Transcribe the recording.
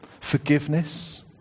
Forgiveness